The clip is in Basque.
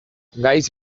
gaiz